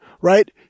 right